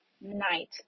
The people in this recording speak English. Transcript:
night